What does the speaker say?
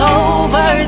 over